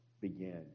began